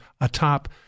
atop